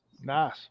Nice